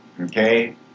okay